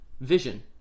vision